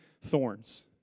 thorns